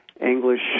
English